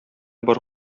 бар